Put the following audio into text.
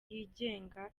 yigenga